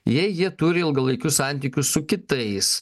jei jie turi ilgalaikius santykius su kitais